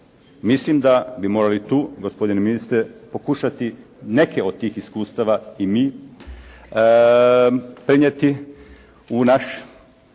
Mislim da bi morali tu gospodine ministre pokušati neke od tih iskustava i mi prenijeti u naš